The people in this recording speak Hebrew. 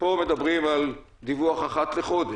פה מדברים על דיווח אחת לחודש.